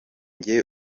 jye